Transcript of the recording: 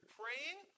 praying